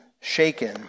shaken